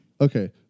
Okay